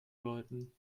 läuten